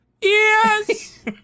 yes